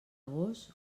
gos